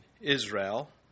Israel